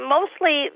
Mostly